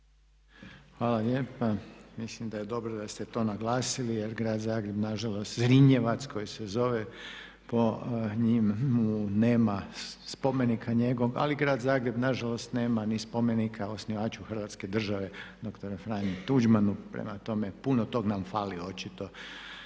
Hvala lijepa. Mislim da je dobro da ste to naglasili jer grad Zagreb nažalost Zrinjevac koji se zove po njemu nema spomenika njegova. Ali Grad Zagreb nažalost nema ni spomenika osnivaču Hrvatske države dr. Franje Tuđmana. Prema tome puno toga nam fali očito